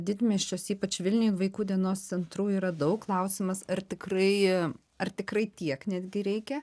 didmiesčiuose ypač vilniuj vaikų dienos centrų yra daug klausimas ar tikrai ar tikrai tiek netgi reikia